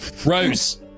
Rose